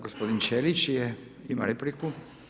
Gospodin Ćelić ima repliku.